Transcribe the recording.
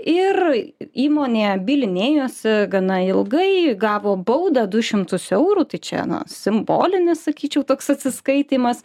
ir įmonė bylinėjosi gana ilgai gavo baudą du šimtus eurų tai čia na simbolinis sakyčiau toks atsiskaitymas